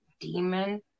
demon